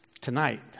Tonight